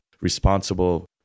responsible